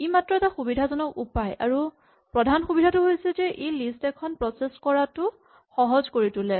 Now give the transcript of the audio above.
ই মাত্ৰ এটা সুবিধাজনক উপায় আৰু প্ৰধান সুবিধাটো হৈছে যে ই লিষ্ট এখন প্ৰছেচ কৰাটো সহজ কৰি তোলে